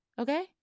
Okay